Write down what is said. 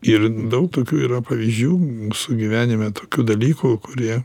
ir daug tokių yra pavyzdžių mūsų gyvenime tokių dalykų kurie